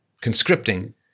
conscripting